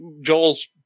Joel's